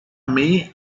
may